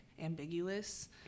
ambiguous